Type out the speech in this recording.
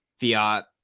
fiat